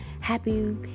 happy